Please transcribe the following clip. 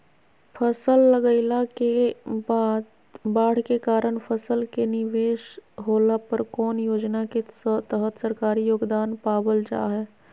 फसल लगाईला के बाद बाढ़ के कारण फसल के निवेस होला पर कौन योजना के तहत सरकारी योगदान पाबल जा हय?